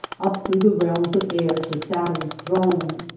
up through the realms of air to saturn s throne.